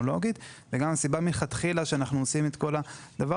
הסיבה בגללה אנחנו עושים את כל הדבר